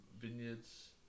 vineyards